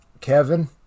Kevin